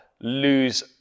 lose